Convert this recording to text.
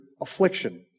affliction